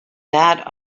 that